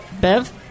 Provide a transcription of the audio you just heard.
Bev